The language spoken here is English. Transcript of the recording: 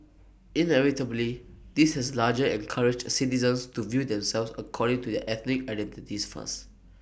inevitably this has larger encouraged citizens to view themselves according to their ethnic identities first